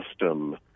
custom